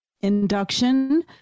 induction